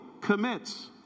commits